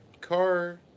car